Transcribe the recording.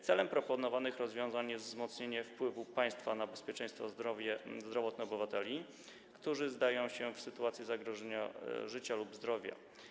Celem proponowanych rozwiązań jest wzmocnienie wpływu państwa na bezpieczeństwo zdrowotne obywateli, którzy znajdą się w sytuacji zagrożenia życia lub zdrowia.